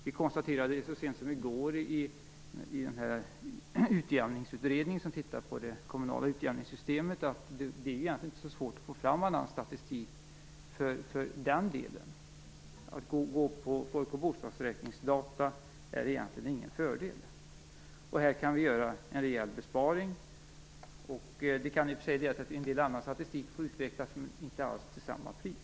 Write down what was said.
Vi konstaterade så sent som i går i den utjämningsutredning som tittar på det kommunala utjämningssystemet att det egentligen inte är så svårt att få fram annan statistik för den delen. Att använda folk och bostadsräkningsdata är egentligen ingen fördel. Här kan vi göra en rejäl besparing. Det kan i och för sig leda till att en del annan statistik får utvecklas, men inte alls till samma pris.